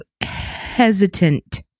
hesitant